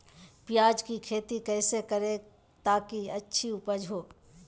प्याज की खेती कैसे करें ताकि अच्छी उपज हो?